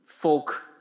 folk